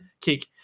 kick